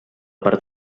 part